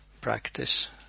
practice